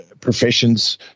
professions